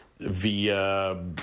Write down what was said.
via